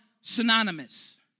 synonymous